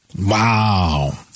Wow